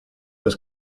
was